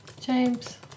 James